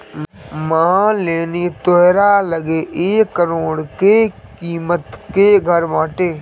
मान लेनी तोहरा लगे एक करोड़ के किमत के घर बाटे